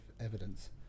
evidence